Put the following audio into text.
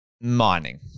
mining